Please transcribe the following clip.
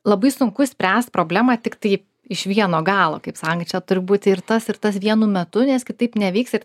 labai sunku spręst problemą tiktai iš vieno galo kaip sakant čia turi būti ir tas ir tas vienu metu nes kitaip nevyks ir